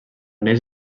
neix